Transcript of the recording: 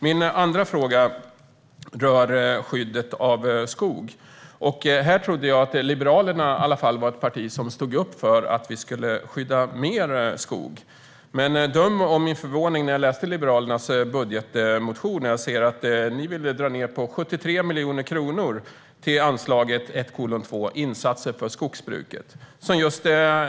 Min andra fråga rör skyddet av skog. Jag trodde att Liberalerna stod upp för att vi skulle skydda mer skog. Men döm om min förvåning när jag läste Liberalernas budgetmotion och såg att ni ville dra ned anslaget 1:2 Insatser för skogsbruket med 72 miljoner kronor.